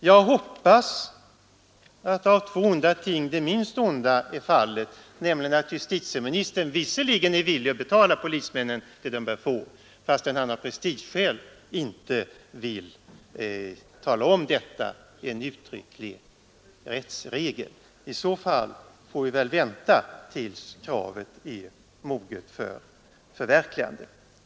Jag hoppas av två onda ting på det minst onda, nämligen att justitieministern visserligen är villig att betala polismännen det de bör få men av prestigeskäl inte vill tala om detta i en uttrycklig rättsregel. I så fall får vi väl vänta tills kravet är moget för förverkligande.